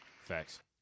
Facts